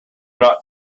not